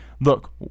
Look